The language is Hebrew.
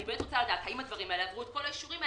אני באמת רוצה לדעת האם הדברים האלה עברו את כל האישורים,